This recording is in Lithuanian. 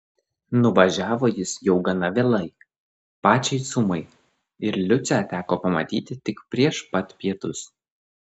nuvažiavo jis jau gana vėlai pačiai sumai ir liucę teko pamatyti tik prieš pat pietus